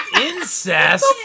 incest